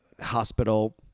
hospital